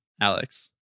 Alex